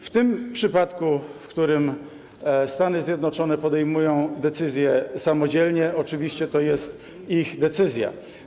W tym przypadku, w którym Stany Zjednoczone podejmują decyzje samodzielnie, oczywiście to jest ich decyzja.